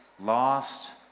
lost